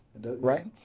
right